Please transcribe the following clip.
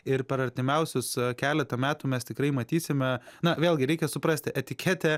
ir per artimiausius keletą metų mes tikrai matysime na vėlgi reikia suprasti etiketė